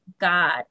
God